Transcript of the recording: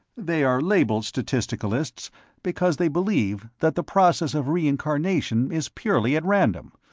they are labeled statisticalists because they believe that the process of reincarnation is purely at random,